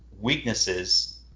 weaknesses